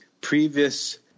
previous